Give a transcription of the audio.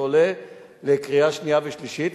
זה עולה לקריאה שנייה ושלישית,